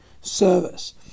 service